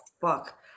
fuck